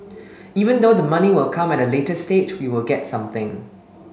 even though the money will come at a later stage we still get something